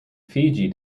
fiji